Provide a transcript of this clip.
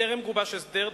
טרם גובש הסדר,